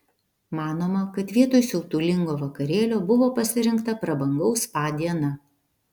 manoma kad vietoj siautulingo vakarėlio buvo pasirinkta prabangaus spa diena